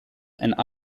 and